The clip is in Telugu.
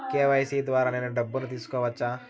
కె.వై.సి ద్వారా నేను డబ్బును తీసుకోవచ్చా?